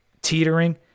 teetering